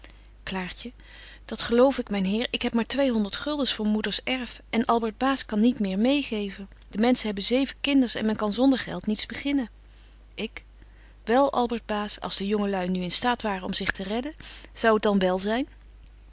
klaartje dat geloof ik myn heer ik heb maar twee honderd guldens voor moeders erf en albert baas kan niet meê geven de menschen hebben zeven kinders en men kan zonder geld niets beginnen ik wel albert baas als de jonge lui nu in staat waren om zich te redden zou het dan wel zyn